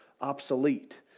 obsolete